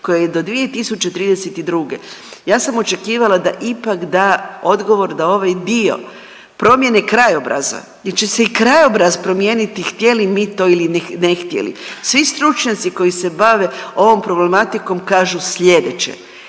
koja je do 2032. ja sam očekivala da ipak da odgovor da ovaj dio promjene krajobraza jer će se i krajobraz promijenit htjeli mi to ili ne htjeli. Svi stručnjaci koji se bave ovom problematikom kažu sljedeće,